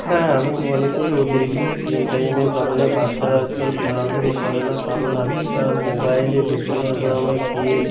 হ্যাঁ আমি মনে করি অতিরিক্ত স্ক্রিন টাইমের কারণে বাচ্চারা আজকাল খেলাধুলো করে না কারণ আজকাল মোবাইলে বিভিন্ন ধরণের গেম